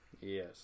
Yes